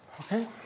Okay